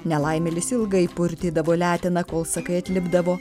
nelaimėlis ilgai purtydavo leteną kol sakai atlipdavo